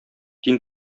дин